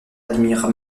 admire